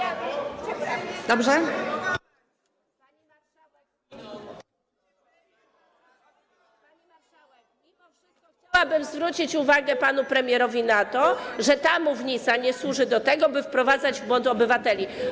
Chciałabym zwrócić uwagę panu premierowi na to, że ta mównica nie służy do tego, by wprowadzać w błąd obywateli.